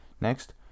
Next